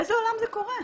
באיזה עולם זה קורה?